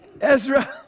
Ezra